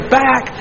back